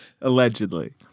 Allegedly